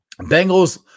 Bengals